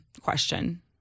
question